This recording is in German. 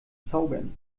zaubern